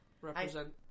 Represent